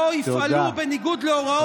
לא יפעלו בניגוד להוראות החוק והוראות התקשי"ר.